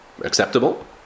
acceptable